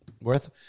worth